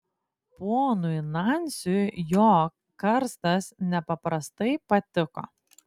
ponui nansiui jo karstas nepaprastai patiko